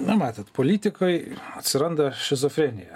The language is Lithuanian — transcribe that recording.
na matot politikoj atsiranda šizofrenija